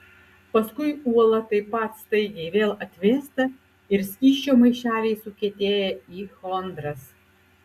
paskui uola taip pat staigiai vėl atvėsta ir skysčio maišeliai sukietėja į chondras